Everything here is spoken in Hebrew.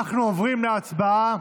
אנחנו עוברים להצבעה.